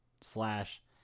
slash